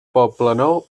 poblenou